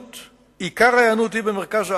ועיקר ההיענות הוא במרכז הארץ,